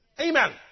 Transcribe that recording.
Amen